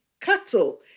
cattle